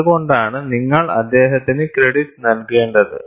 അതുകൊണ്ടാണ് നിങ്ങൾ അദ്ദേഹത്തിന് ക്രെഡിറ്റ് നൽകേണ്ടത്